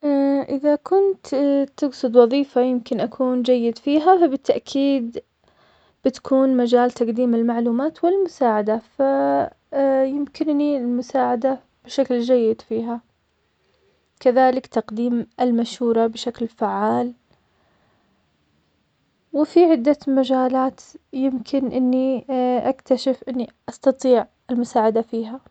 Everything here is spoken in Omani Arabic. إذا كنت تقصد وظيفة. يمكن أكون جيد فيها, فبالتأكيد بتكون مجال تقديم المعلومات والمساعدة, ف يمكنني المساعدة بشكل جيد فيها, كذلك تقديم المشورة بشكل فعال, وفي عدة مجالات يمكن إني أكتشف إني أستطيع المساعدة فيها.